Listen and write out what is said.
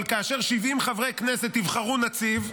אבל כאשר 70 חברי כנסת יבחרו נציב,